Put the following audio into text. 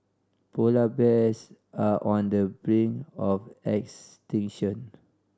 polar bears are on the brink of extinction